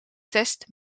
test